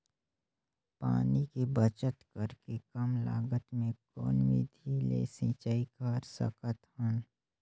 पानी के बचत करेके कम लागत मे कौन विधि ले सिंचाई कर सकत हन?